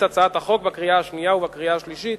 הצעת החוק בקריאה השנייה ובקריאה השלישית